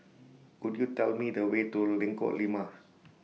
Could YOU Tell Me The Way to Lengkok Lima